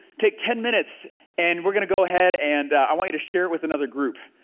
take ten minutes and we're gonna go ahead and i want you to share it with another group,